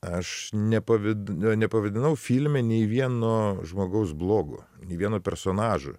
aš nepavyd nepavadinau filme nei vieno žmogaus blogu nei vieno personažo